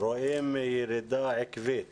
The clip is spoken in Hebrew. רואים ירידה עקבית